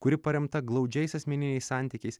kuri paremta glaudžiais asmeniniais santykiais